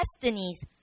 destinies